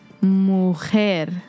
mujer